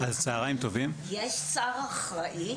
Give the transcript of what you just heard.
יש שר אחראי?